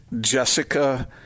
Jessica